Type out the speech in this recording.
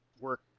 work